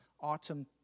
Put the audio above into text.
Autumn